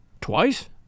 Twice